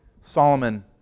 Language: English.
Solomon